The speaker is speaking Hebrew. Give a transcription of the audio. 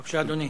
בבקשה, אדוני.